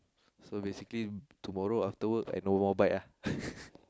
so basically tomorrow after work I no more bike ah